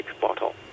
bottle